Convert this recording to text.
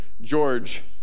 George